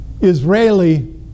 Israeli